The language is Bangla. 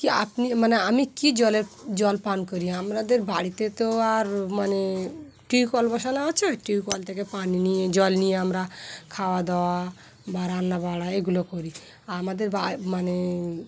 কি আপনি মানে আমি কী জলের জল পান করি আমাদের বাড়িতে তো আর মানে টিউ কল বসানো আছে টিউ কল থেকে পানি নিয়ে জল নিয়ে আমরা খাওয়া দাওয়া বা রান্নাবাড়া এগুলো করি আমাদের বা মানে